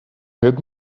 had